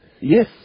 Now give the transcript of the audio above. Yes